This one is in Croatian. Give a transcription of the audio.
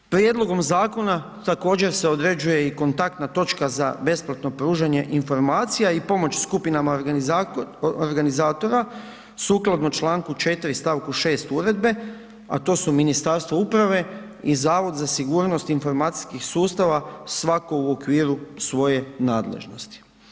Prijedlogom zakona također se određuje i kontaktna točka za besplatno pružanje informacija i pomoć skupinama organizatora sukladno članku 4. stavku 6. uredbe a to su Ministarstvo uprave i Zavod za sigurnost informacijskih sustava svatko u okviru svoje nadležnosti.